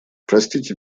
простите